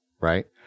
Right